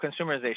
consumerization